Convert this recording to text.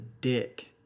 dick